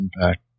impact